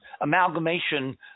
amalgamation